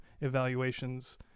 evaluations